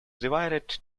divided